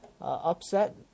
upset